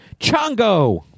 Chongo